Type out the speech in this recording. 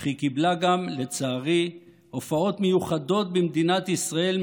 אך לצערי היא קיבלה גם הופעות מיוחדות במדינת ישראל,